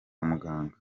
muganga